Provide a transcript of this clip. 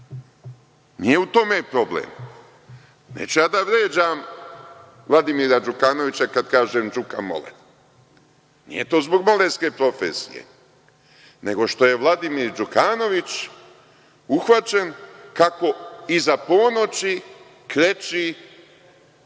Nije u tome problem. Neću ja da vređam Vladimira Đukanovića kada kažem „Đuka Moler“. Nije to zbog molerske profesije, nego što je Vladimir Đukanović uhvaćen kako iza ponoći kreči